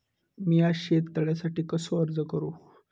मीया शेत तळ्यासाठी कसो अर्ज करू?